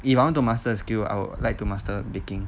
if I want to master a skill I would like to master baking